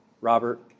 Robert